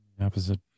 opposite